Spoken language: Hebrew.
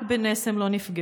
רק בנס הם לא נפגעו.